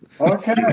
Okay